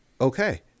okay